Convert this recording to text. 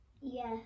Yes